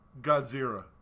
Godzilla